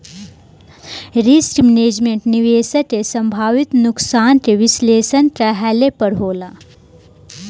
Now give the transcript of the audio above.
risk management, निवेशक के संभावित नुकसान के विश्लेषण कईला पर होला